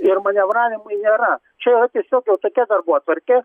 ir manevravimui nėra čia yra tiesiog jau tokia darbotvarkė